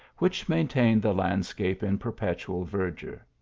which maintain the land scape in perpetual verdure.